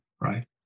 right